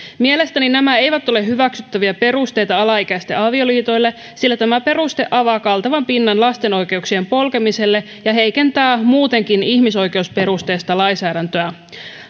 mielestäni nämä eivät ole hyväksyttäviä perusteita alaikäisten avioliitoille sillä tämä peruste avaa kaltevan pinnan lasten oikeuksien polkemiselle ja heikentää muutenkin ihmisoikeusperusteista lainsäädäntöä